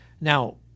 Now